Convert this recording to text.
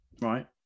right